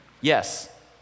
Yes